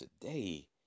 today